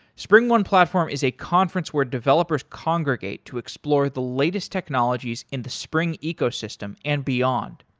springone platform is a conference where developers congregate to explore the latest technologies in the spring ecosystem and beyond.